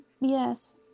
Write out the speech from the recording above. yes